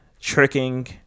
tricking